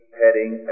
heading